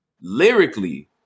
lyrically